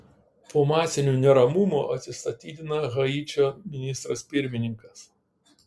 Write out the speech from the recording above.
po masinių neramumų atsistatydina haičio ministras pirmininkas